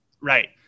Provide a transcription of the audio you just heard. Right